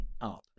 up